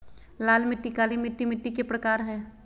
लाल मिट्टी, काली मिट्टी मिट्टी के प्रकार हय